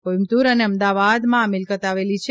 કોઇમ્બત્રર અને અમદાવાદમાં આ મિલકત આવેલી છે